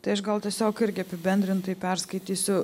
tai aš gal tiesiog irgi apibendrintai perskaitysiu